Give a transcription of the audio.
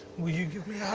will you give me